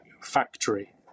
factory